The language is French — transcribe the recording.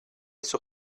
sur